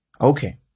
Okay